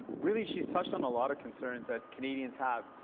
really, she's touched on a lot of concerns that canadians have.